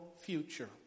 future